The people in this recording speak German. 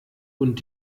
und